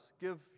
give